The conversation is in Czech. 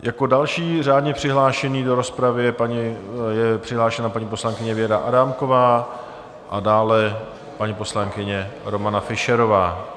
Jako další řádně přihlášená do rozpravy je přihlášena paní poslankyně Věra Adámková a dále paní poslankyně Romana Fischerová.